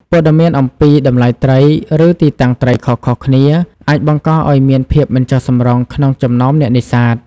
ព័ត៌មានអំពីតម្លៃត្រី ឬទីតាំងត្រីខុសៗគ្នាអាចបង្កឱ្យមានភាពមិនចុះសម្រុងក្នុងចំណោមអ្នកនេសាទ។